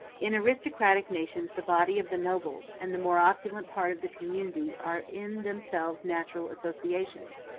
in aristocratic nations the body of the nobles and the more opulent part of the community are in themselves natural associations,